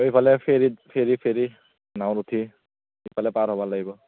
আৰু সিফালে ফেৰীত ফেৰী ফেৰী নাঁৱত উঠি সিফালে পাৰ হ'ব লাগিব